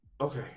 okay